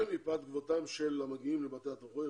מפאת כבודם של המגיעים לבתי התמחוי,